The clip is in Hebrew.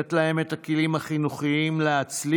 לתת להם את הכלים החינוכיים להצליח,